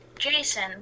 Jason